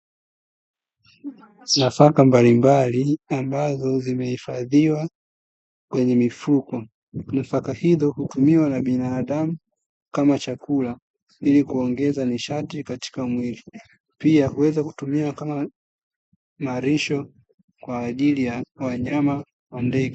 Nafaka mbalimbali ambazo zimehifadhiwa, kwenye mifuko. Nafaka hizo hutumiwa na binadamu kama chakula ili, kuongeza nishati katika mwili, pia uweza kutumiwa kama malisho kwa ajili ya wanyama na ndege.